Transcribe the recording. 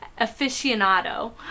aficionado